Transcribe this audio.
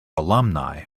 alumni